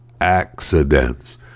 accidents